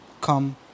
come